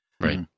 right